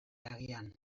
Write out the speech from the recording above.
agian